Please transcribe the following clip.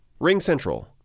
RingCentral